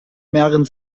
mehren